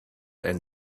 and